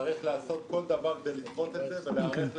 צריך לעשות כל דבר כדי לדחות את זה ולהיערך לפתרונות,